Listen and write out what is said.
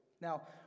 Now